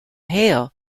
hale